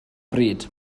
bryd